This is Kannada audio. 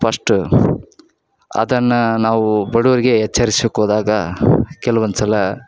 ಫಸ್ಟು ಅದನ್ನು ನಾವು ಬಡವ್ರ್ಗೆ ಎಚ್ಚರಿಸಕ್ಕೆ ಹೋದಾಗ ಕೆಲವೊಂದು ಸಲ